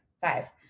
five